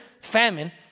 famine